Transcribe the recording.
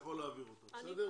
יכול להעביר אותה, בסדר?